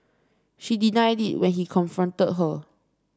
she denied it when he confronted her